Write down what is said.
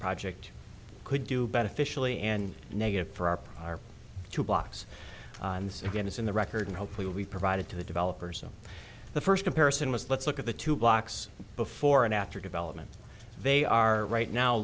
project could do beneficially and negative for our r two blocks and so again it's in the record and hopefully we provided to the developers on the first comparison was let's look at the two blocks before and after development they are right now